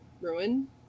ruin